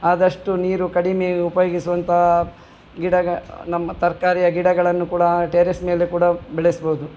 ಆದಷ್ಟು ನೀರು ಕಡಿಮೆ ಉಪಯೋಗಿಸುವಂಥ ಗಿಡಗ ನಮ್ಮ ತರಕಾರಿಯ ಗಿಡಗಳನ್ನು ಕೂಡ ಟೆರೆಸ್ ಮೇಲೆ ಕೂಡ ಬೆಳೆಸ್ಬೋದು